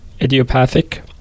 idiopathic